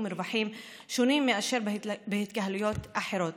מרווחים שונים מאשר בהתקהלויות אחרות.